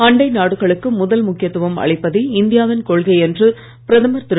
அண்டை நாடுகளுக்கு முதல் முக்கியத்துவம் அளிப்பதே இந்தியாவின் கொள்கை என்று பிரதமர் திரு